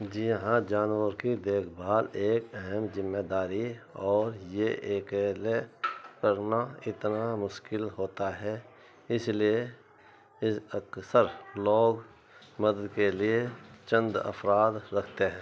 جی ہاں جانور کی دیکھ بھال ایک اہم ذمہ داری اور یہ اکیلے کرنا اتنا مشکل ہوتا ہے اس لیے اس اکثر لوگ مدد کے لیے چند افراد رکھتے ہیں